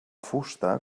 fusta